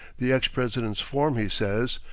the ex-president's form, he says,